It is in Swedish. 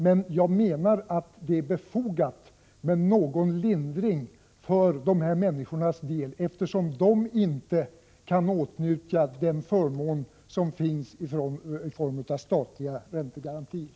Det är emellertid befogat med någon lindring för dessa människor, eftersom de inte kan åtnjuta den förmån som finns i form av statliga räntegarantier.